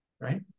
Right